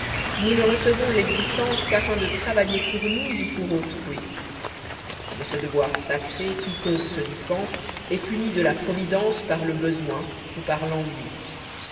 nous ne recevons l'existence qu'afin de trayailler pour pqus ou pour autrui de ce deroir sacré quiconque se dispense est puni de la providence par le besoin ou par l'ennui